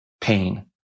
pain